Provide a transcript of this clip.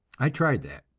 i tried that.